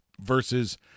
versus